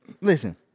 listen